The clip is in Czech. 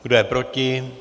Kdo je proti?